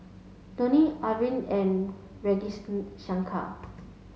Dhoni Arvind and Ragis Shankar